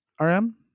RM